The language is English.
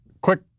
quick